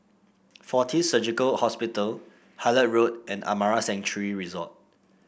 Fortis Surgical Hospital Hullet Road and Amara Sanctuary Resort